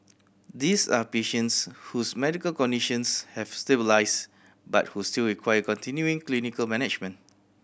these are patients whose medical conditions have stabilised but who still require continuing clinical management